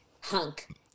hunk